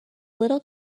little